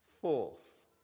Fourth